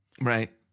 Right